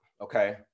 okay